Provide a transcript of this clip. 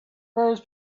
birds